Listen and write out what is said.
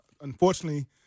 Unfortunately